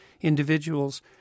individuals